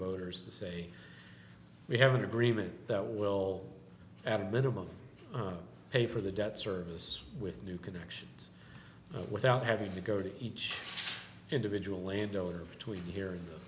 voters to say we have an agreement that will add a minimum pay for the debt service with new connections without having to go to each individual landowner between here